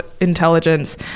intelligence